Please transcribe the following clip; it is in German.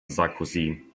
sarkozy